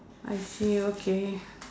I see okay